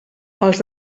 els